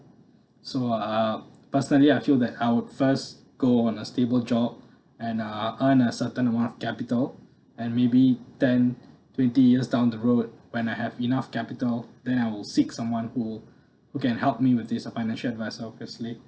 so uh personally I feel that our first goal on a stable job and uh earn a certain amount of capital and maybe ten twenty years down the road when I have enough capital then I will seek someone who who can help me with this uh financial advisor obviously